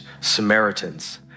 Samaritans